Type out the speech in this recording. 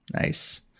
nice